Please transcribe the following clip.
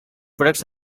products